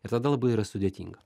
ir tada labai yra sudėtinga